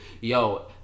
Yo